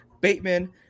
Bateman